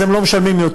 אז הם לא משלמים יותר.